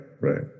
right